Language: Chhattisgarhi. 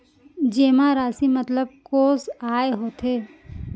जेमा राशि मतलब कोस आय होथे?